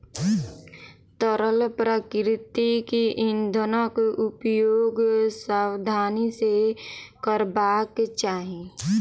तरल प्राकृतिक इंधनक उपयोग सावधानी सॅ करबाक चाही